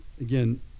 Again